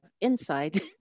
inside